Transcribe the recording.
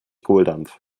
kohldampf